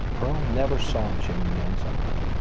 earl never saw jimmy in the end zone.